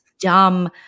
dumb